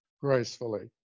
gracefully